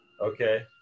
Okay